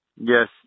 Yes